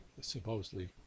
supposedly